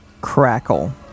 crackle